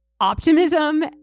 optimism